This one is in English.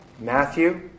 Matthew